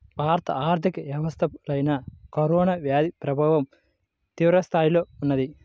భారత ఆర్థిక వ్యవస్థపైన కరోనా వ్యాధి ప్రభావం తీవ్రస్థాయిలో ఉన్నది